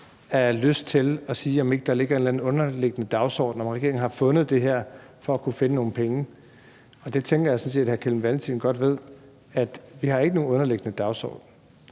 af lyst til at spørge, om ikke der er en eller anden underliggende dagsorden, altså om ikke regeringen har fundet på det her for at kunne finde nogle penge. Jeg tænker sådan set, at hr. Kim Valentin godt ved, at vi ikke har nogen underliggende dagsorden.